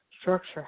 structure